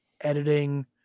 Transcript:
Editing